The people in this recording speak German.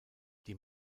die